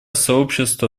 сообщество